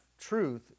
truth